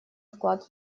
вклад